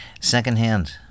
Secondhand